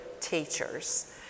teachers